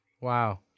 Wow